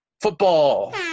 football